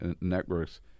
networks